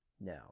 No